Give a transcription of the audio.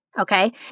Okay